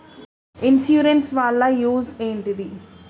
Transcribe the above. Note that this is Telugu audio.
ఇన్సూరెన్స్ వాళ్ల యూజ్ ఏంటిది?